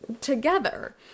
together